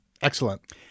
Excellent